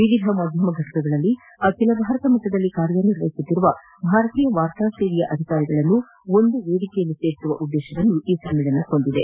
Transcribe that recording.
ವಿವಿಧ ಮಾಧ್ಯಮ ಘಟಕಗಳಲ್ಲಿ ಅಖಿಲ ಭಾರತ ಮಟ್ಟದಲ್ಲಿ ಕಾರ್ಯನಿರ್ವಹಿಸುತ್ತಿರುವ ಭಾರತೀಯ ವಾರ್ತಾ ಸೇವೆ ಅಧಿಕಾರಿಗಳನ್ನು ಒಂದೇ ವೇದಿಕೆಯಲ್ಲಿ ಸೇರಿಸುವ ಉದ್ದೇಶವನ್ನು ಈ ಸಮ್ಮೇಳನ ಹೊಂದಿದೆ